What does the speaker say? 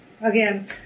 again